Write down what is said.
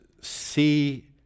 see